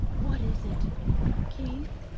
what is it keith?